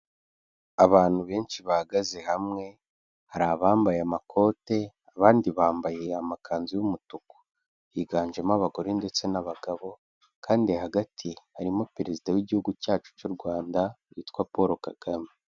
Abantu benshi bahagaze hamwe, hari abambaye amakote abandi bambaye amakanzu y'umutuku, higanjemo abagore ndetse n'abagabo kandi hagati harimo Perezida w'Igihugu cyacu cy'u Rwanda witwa Paul Kagame.